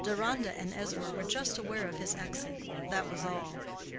deronda and ezra were just aware of his exit that was all.